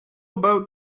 about